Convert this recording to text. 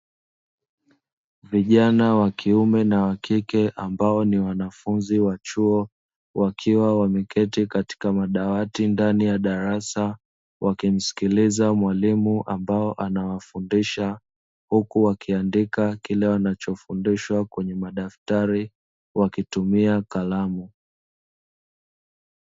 Vijana wa kiume na wa kike ambao ni wanafunzi wa chuo wakiwa wameketi katika madawati ndani ya darasa wakimsikiliza mwalimu ambao anawafundisha, huku wakiandika kile wanachofundishwa kwenye madaftari wakitumia kalamu.